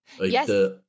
Yes